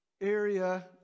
area